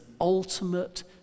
ultimate